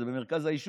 זה במרכז היישוב.